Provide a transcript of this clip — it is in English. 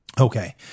Okay